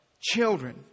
children